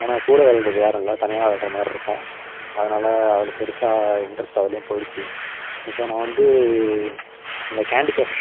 ஆனால் கூட விளையாட்றதுக்கு யாரும் இல்லை தனியாக விளையாட்ற மாதிரி இருக்கும் அதனால் அதில் பெருசாக இன்ட்ரஸ்ட் அதெலயும் போயிடுச்சு இப்போ நான் வந்து இந்த கேன்டிக்கிரஸ்